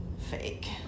fake